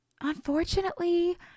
unfortunately